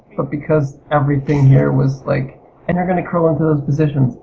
but because everything here was like and you're gonna crawl into those position,